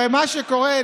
ומה שקורה,